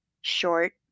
short